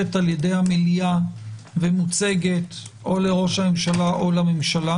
על-ידי המליאה ומוצגת או לראש המשלה או לממשלה,